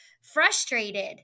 frustrated